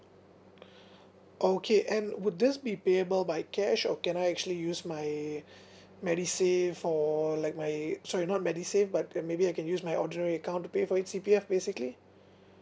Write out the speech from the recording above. okay and would this be payable by cash or can I actually use my medisave for like my sorry not medisave but uh maybe I can use my ordinary account to pay it C_P_F basically